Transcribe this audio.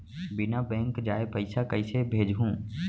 बिना बैंक जाये पइसा कइसे भेजहूँ?